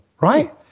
right